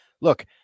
look